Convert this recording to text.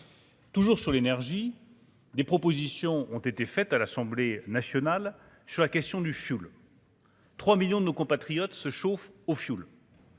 Toujours sur l'énergie, des propositions ont été faites à l'Assemblée nationale sur la question du fioul. 3 millions de nos compatriotes se chauffe au fioul.